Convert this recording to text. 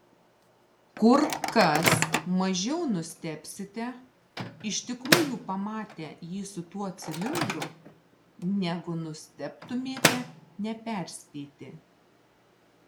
kur kas mažiau nustebsite iš tikrųjų pamatę jį su tuo cilindru negu nustebtumėte neperspėti